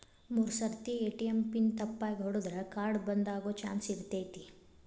ಮೂರ್ ಸರ್ತಿ ATM PIN ತಪ್ಪಾಗಿ ಹೊಡದ್ರ ಕಾರ್ಡ್ ಬಂದಾಗೊ ಚಾನ್ಸ್ ಇರ್ತೈತಿ